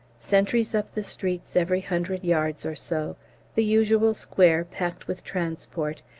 sentries up the streets every hundred yards or so the usual square packed with transport,